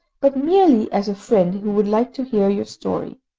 but merely as a friend who would like to hear your story.